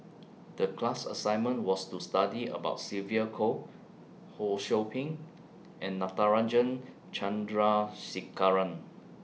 The class assignment was to study about Sylvia Kho Ho SOU Ping and Natarajan Chandrasekaran